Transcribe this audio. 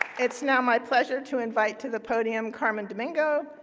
it's now my pleasure to invite to the podium carmen domingo,